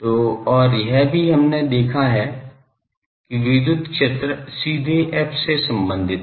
तो और यह भी हमने देखा है कि विद्युत क्षेत्र सीधे f से संबंधित है